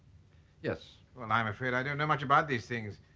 yes. well i'm afraid i don't know much about these things